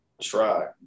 Try